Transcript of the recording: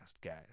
guys